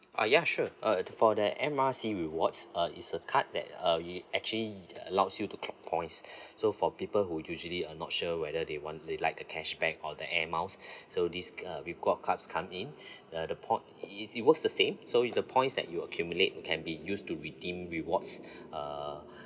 ah ya sure uh for the M R C rewards uh it's a card that uh it actually allows you to clock points so for people who usually uh not sure whether they want they like a cashback or the Air Miles so this uh rewards card comes in uh the point it~ it works the same so with the points that you accumulate it can be used to redeem rewards uh